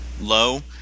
low